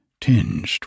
tinged